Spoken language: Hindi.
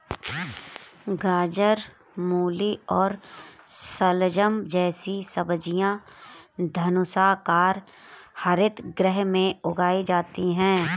गाजर, मूली और शलजम जैसी सब्जियां धनुषाकार हरित गृह में उगाई जाती हैं